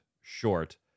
short